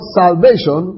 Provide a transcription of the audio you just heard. salvation